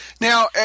Now